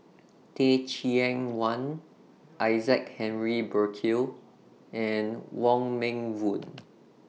Teh Cheang Wan Isaac Henry Burkill and Wong Meng Voon